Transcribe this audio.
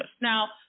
Now